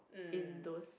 in those